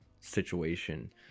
situation